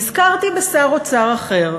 נזכרתי בשר אוצר אחר,